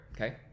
Okay